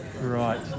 Right